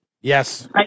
Yes